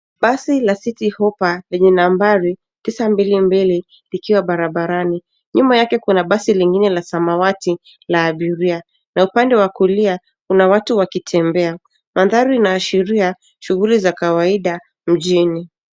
Basi la City Hoper lenye nambari 922 likiwa barabarani. Nyuma yake kuna basi lingine la samawati la abiria na upande wa kulia kuna watu wakitembea. Mandhari ina ashiria shughuli za kawaida mjini.